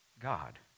God